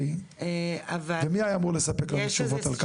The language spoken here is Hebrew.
אוקיי, ומי היה אמור לספק לנו את התשובות על כך?